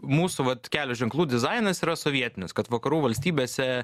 mūsų vat kelio ženklų dizainas yra sovietinis kad vakarų valstybėse